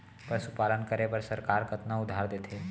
पशुपालन करे बर सरकार कतना उधार देथे?